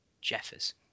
Jeffers